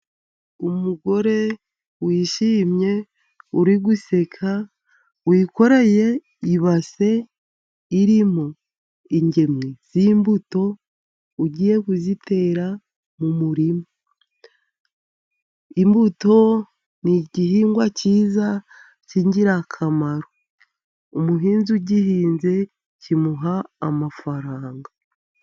Umugore wishimye uri guseka, wikoreye ibase irimo ingemwe z'imbuto, ugiye kuzitera mu murima. Imbuto ni igihingwa cyiza cy'ingirakamaro, umuhinzi ugihinze kimuha amafaranga.